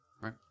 right